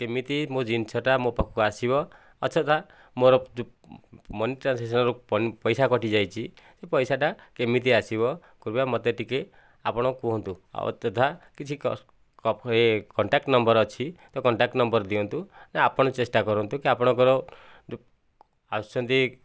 କେମିତି ମୋ ଜିନିଷଟା ମୋ ପାଖକୁ ଆସିବ ଅଯଥା ମୋ ମନି ଟ୍ରାଞ୍ଜେକ୍ସନ୍ ପଇ ପଇସା କଟିଯାଇଛି ସେ ପଇସାଟା କେମିତି ଆସିବ କିମ୍ବା ମୋତେ ଟିକେ ଆପଣ କୁହନ୍ତୁ ଅଯଥା କିଛି କଣ୍ଟାକ୍ଟ ନମ୍ବର ଅଛି ତ କଣ୍ଟାକ୍ଟ ନମ୍ବର ଦିଅନ୍ତୁ ଯେ ଆପଣ ଚେଷ୍ଟା କରନ୍ତୁ କି ଆପଣଙ୍କର ଆସୁଛନ୍ତି